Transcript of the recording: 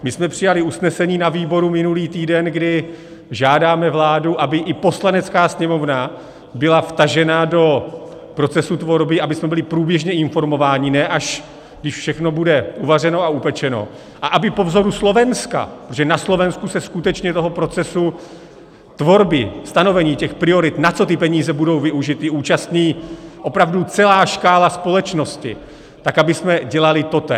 My jsme přijali usnesení na výboru minulý týden, kdy žádáme vládu, aby i Poslanecká sněmovna byla vtažena do procesu tvorby, abychom byli průběžně informováni, ne až když všechno bude uvařeno a upečeno, a aby po vzoru Slovenska, protože na Slovensku se skutečně toho procesu tvorby, stanovení těch priorit, na co ty peníze budou využity, účastní opravdu celá škála společnosti, tak abychom dělali totéž.